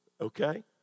okay